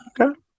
Okay